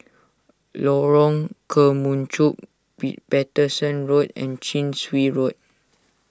Lorong Kemunchup be Paterson Road and Chin Swee Road